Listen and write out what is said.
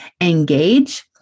engage